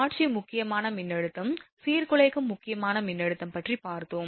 காட்சி முக்கியமான மின்னழுத்தம் சீர்குலைக்கும் முக்கியமான மின்னழுத்தம் பற்றி பார்த்தோம்